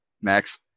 Max